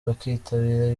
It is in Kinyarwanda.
bakitabira